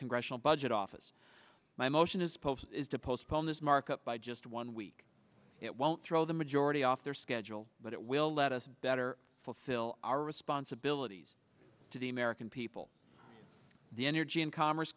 congressional budget office my motion is supposed to postpone this markup by just one week it won't throw the majority off their schedule but it will let us better still our responsibilities to the american people the energy and co